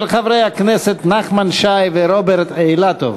של חברי הכנסת נחמן שי ורוברט אילטוב,